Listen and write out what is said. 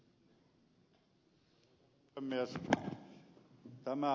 arvoisa puhemies